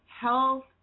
health